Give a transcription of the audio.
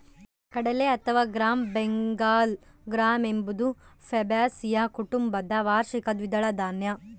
ಕಡಲೆ ಅಥವಾ gram Bengal gram ಎಂಬುದು ಫ್ಯಾಬಾಸಿಯ ಕುಟುಂಬದ ವಾರ್ಷಿಕ ದ್ವಿದಳ ಧಾನ್ಯ